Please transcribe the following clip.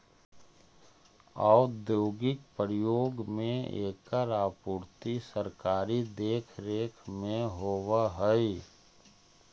औद्योगिक प्रयोग में एकर आपूर्ति सरकारी देखरेख में होवऽ हइ